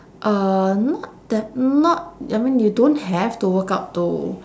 uh not that not I mean you don't have to work out to